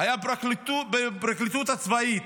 הוא היה בשירות הצבאי בפרקליטות הצבאית,